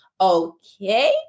Okay